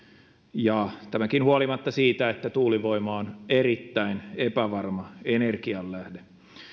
ja tämäkin huolimatta siitä että tuulivoima on erittäin epävarma energianlähde